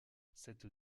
cette